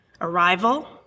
arrival